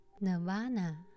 nirvana